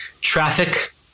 traffic